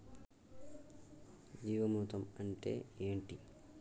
జీవామృతం అంటే ఏంటి?